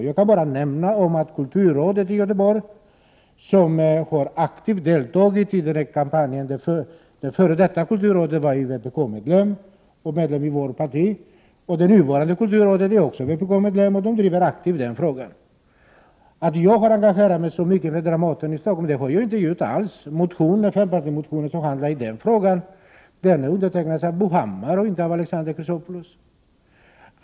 Jag kan bara nämna att det f.d. kulturrådet i Göteborg, som aktivt har deltagit i kampanjen, är medlem av vårt parti och att det nuvarande kulturrådet också är vpkmedlem. De driver den här frågan aktivt. Att jag har engagerat mig så mycket för Dramaten i Stockholm är fel; det har jag inte gjort alls. Motionen i den frågan är undertecknad av Bo Hammar och inte av Alexander Chrisopoulos.